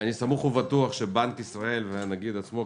אני סמוך ובטוח שבנק ישראל והנגיד עצמו,